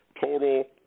total